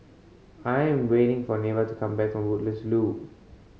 I am waiting for Neva to come back from Woodlands Loop